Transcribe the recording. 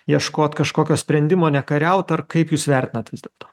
ieškot kažkokio sprendimo ne kariaut ar kaip jūs vertinat vis dėlto